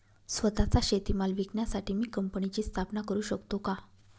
स्वत:चा शेतीमाल विकण्यासाठी मी कंपनीची स्थापना करु शकतो का?